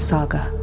Saga